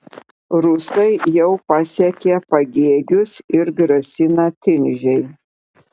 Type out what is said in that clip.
rusai jau pasiekė pagėgius ir grasina tilžei